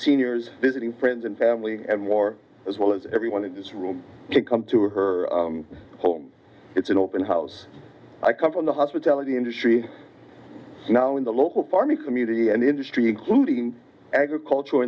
seniors visiting friends and family and war as well as everyone in this room to come to her home it's an open house i come from the hospitality industry now in the local farming community and industry including agriculture